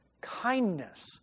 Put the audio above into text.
kindness